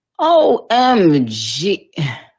OMG